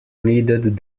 needed